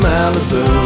Malibu